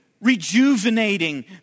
Rejuvenating